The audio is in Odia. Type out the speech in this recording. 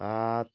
ସାତ